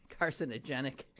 carcinogenic